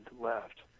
left